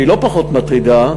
שאינה פחות מטרידה,